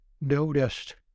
noticed